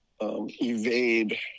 evade